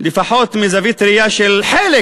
לפחות מזווית ראייה של חלק